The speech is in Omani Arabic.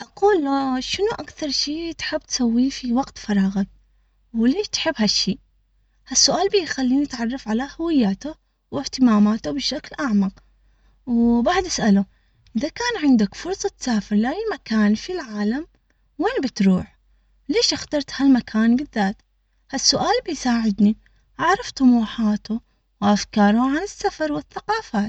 أقول شنو أكثر شي تحب تسويه؟ في وقت فراغك؟ وليش تحب هالشي؟ هالسؤال؟ بخليه يتعرف على هواياته وإهتماماته بشكل أعمق. وبعد إسأله إذا كان عندك فرصة تسافر لأي مكان في العالم وين بتروح؟ ليش إخترت هالمكان بالذات؟ هالسؤال بيساعدني أعرف.